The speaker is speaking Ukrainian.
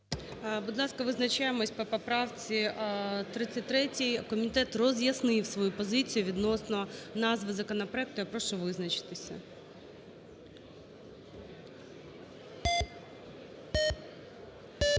Будь ласка, визначаємося по поправці 33. Комітет роз'яснив свою позицію відносно назви законопроекту. Я прошу визначитися.